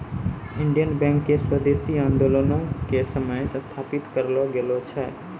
Indian bank के स्वदेशी आन्दोलनो के समय स्थापित करलो गेलो छै